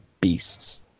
beasts